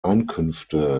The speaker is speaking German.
einkünfte